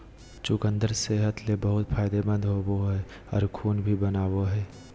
चुकंदर सेहत ले बहुत फायदेमंद होवो हय आर खून भी बनावय हय